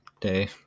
day